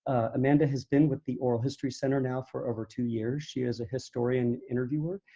amanda has been with the oral history center now for over two years. she is a historian interviewer.